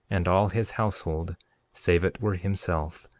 and all his household save it were himself.